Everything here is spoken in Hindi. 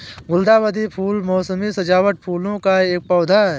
गुलदावरी फूल मोसमी सजावटी फूलों का एक पौधा है